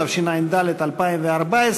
התשע"ד 2014,